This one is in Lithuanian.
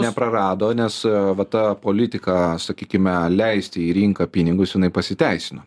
neprarado nes va ta politika sakykime leisti į rinką pinigus jinai pasiteisino